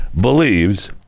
believes